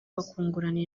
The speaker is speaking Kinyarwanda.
bakungurana